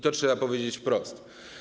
To trzeba powiedzieć wprost.